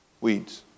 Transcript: weeds